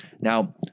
Now